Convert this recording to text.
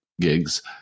gigs